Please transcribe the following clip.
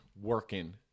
working